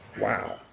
wow